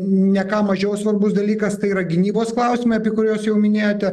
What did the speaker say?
ne ką mažiau svarbus dalykas tai yra gynybos klausimai apie kuriuos jau minėjote